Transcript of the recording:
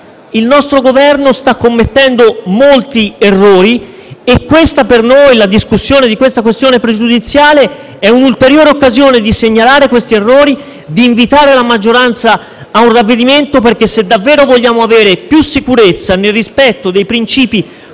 il nostro Governo sta commettendo molti errori e la discussione di questa questione pregiudiziale è un'ulteriore occasione per segnalarli e per invitare la maggioranza ad un ravvedimento, perché se davvero vogliamo avere più sicurezza, nel rispetto dei principi